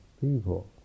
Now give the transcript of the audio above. people